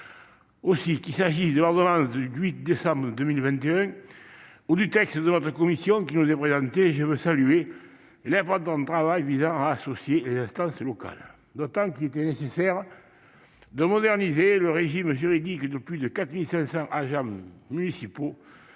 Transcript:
: qu'il s'agisse de l'ordonnance du 8 décembre 2021 ou du texte de notre commission, je salue l'important travail visant à associer les instances locales. Il était tout à fait nécessaire de moderniser le régime juridique des plus de 4 500 agents municipaux